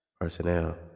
personnel